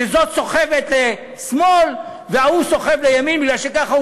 שזאת סוחבת לשמאל וההוא סוחב לימין מפני שככה הוא